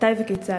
מתי וכיצד?